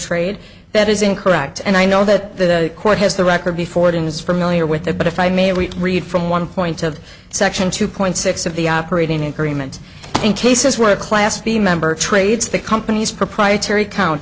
trade that is incorrect and i know that the court has the record before it is for milieu with that but if i may we read from one point of section two point six of the operating agreement in cases where a class b member trades the company's proprietary count